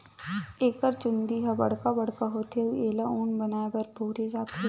एकर चूंदी ह बड़का बड़का होथे अउ एला ऊन बनाए बर बउरे जाथे